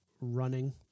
running